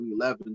2011